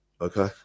Okay